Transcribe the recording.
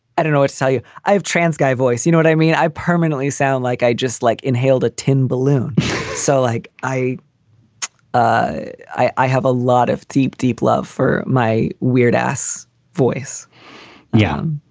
i don't know what to tell you. i've trans guy voice. you know what i mean? i permanently sound like i just, like, inhaled a tin balloon so, like, i i i have a lot of deep, deep love for my weird ass voice yeah.